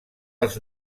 els